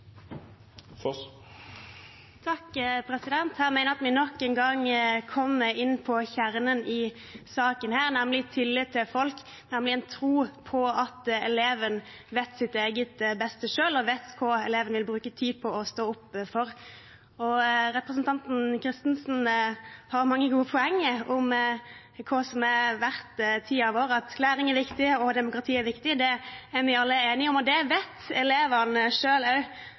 jeg at vi nok en gang kommer inn på kjernen i saken, nemlig tillit til folk, en tro på at eleven selv vet sitt eget beste, og hva hun eller han vil bruke tid på å stå opp for. Representanten Kristensen har mange gode poenger om hva som er verdt tiden vår. At læring og demokrati er viktig, er vi alle enige om. Det vet elevene